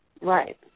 Right